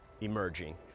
emerging